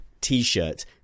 t-shirt